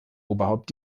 oberhaupt